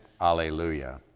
Alleluia